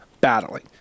battling